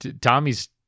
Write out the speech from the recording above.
Tommy's